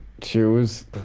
choose